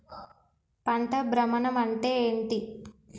పంట భ్రమణం అంటే ఏంటి?